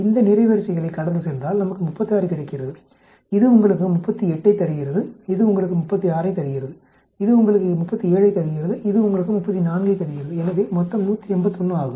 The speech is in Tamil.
இந்த நிரைவரிசைகளைக் கடந்து சென்றால் நமக்கு 36 கிடைக்கிறது இது உங்களுக்கு 38ஐத் தருகிறது இது உங்களுக்கு 36ஐத் தருகிறது இது உங்களுக்கு 37ஐத் தருகிறது இது உங்களுக்கு 34ஐத் தருகிறது எனவே மொத்தம் 181 ஆகும்